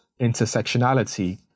intersectionality